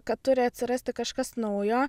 kad turi atsirasti kažkas naujo